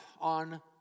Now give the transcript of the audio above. on